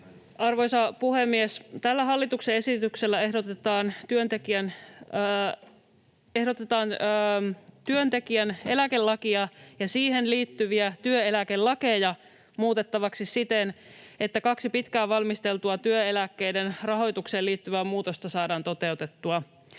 Arvoisa puhemies! Tällä hallituksen esityksellä ehdotetaan työntekijän eläkelakia ja siihen liittyviä työeläkelakeja muutettavaksi siten, että kaksi pitkään valmisteltua työeläkkeiden rahoitukseen liittyvää muutosta saadaan toteutettua.